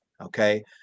okay